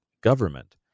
government